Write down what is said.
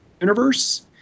universe